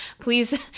Please